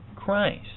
Christ